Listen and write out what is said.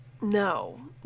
no